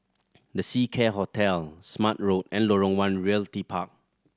The Seacare Hotel Smart Road and Lorong One Realty Park